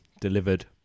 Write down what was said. delivered